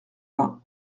vingt